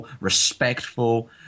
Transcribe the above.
respectful